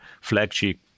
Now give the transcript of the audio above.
flagship